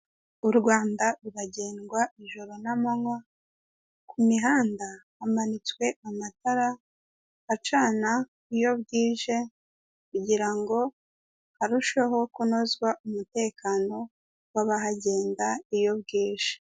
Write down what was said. U Rwanda ruragendwa ijoro n'amanywa , ku mihanda hamanitswe amatara acana iyo bwije kugira ngo harusheho kunozwa umutekano w'abahagenda iyo bwije .